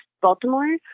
baltimore